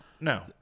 No